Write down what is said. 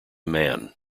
man